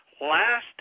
Last